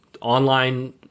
online